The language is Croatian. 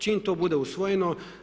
Čim to bude usvojeno.